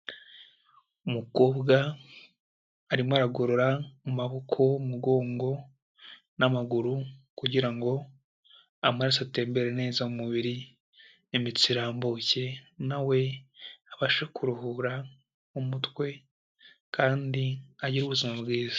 Umukobwa arimo aragorora amaboko, umugongo n'amaguru kugira ngo amaraso atembere neza mu mubiri, imitsi irambuke na we abashe kuruhura umutwe kandi agire ubuzima bwiza.